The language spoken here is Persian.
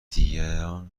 دیگران